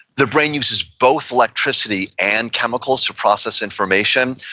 the brain uses both electricity and chemicals to process information.